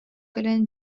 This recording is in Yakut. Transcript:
кэлэн